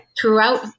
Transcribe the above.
throughout